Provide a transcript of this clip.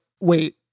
wait